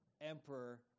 emperor